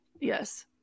Yes